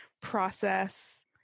process